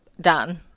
done